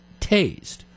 tased